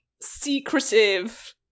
secretive